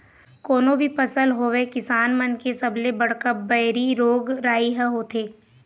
कोनो भी फसल होवय किसान मन के सबले बड़का बइरी रोग राई ह होथे